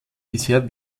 bisher